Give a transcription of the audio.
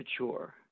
mature